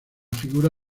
figura